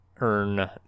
earn